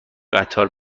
قطار